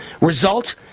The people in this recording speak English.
Result